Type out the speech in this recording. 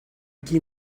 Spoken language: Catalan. qui